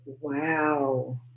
Wow